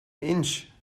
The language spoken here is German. inch